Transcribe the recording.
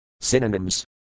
Synonyms